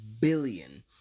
billion